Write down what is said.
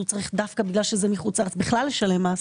צריך דווקא בגל שזה מחו"ל בכלל לשלם מס?